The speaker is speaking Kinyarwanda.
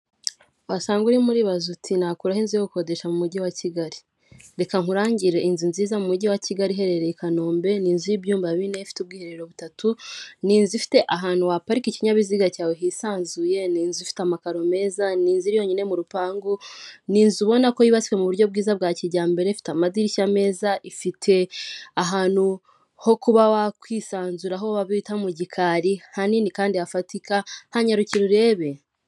Wasanga urimo uribaza uti nakurarahe inzu yo gukodesha mu mujyi wa kigali, reka nkurangire inzu nziza mu mujyi wa kigali iherereye i kanombe, ni inzu y'ibyumba bine ifite ubwiherero butatu, ni i inzufite ahantu waparika ikinyabiziga cyawe hisanzuye, ni inzu ifite amakaro meza, ni inzu yonyine mu rupangu, ni inzu ubona ko yubatswe mu buryo bwiza bwa kijyambere, ifite amadirishya meza ifite ahantu ho kuba wakwisanzura aho bita mu gikari hanini kandi hafatika hanyarukira urebe.